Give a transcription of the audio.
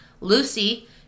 Lucy